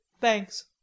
Thanks